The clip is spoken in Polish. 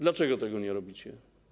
Dlaczego tego nie robicie?